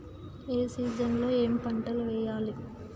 ఏ season లో ఏం పంటలు వెయ్యాలి?